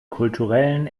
kulturellen